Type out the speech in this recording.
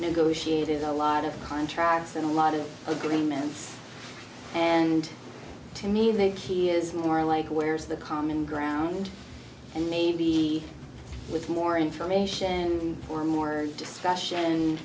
negotiated a lot of contracts and a lot of agreements and to me the key is more like where's the common ground and maybe with more information or more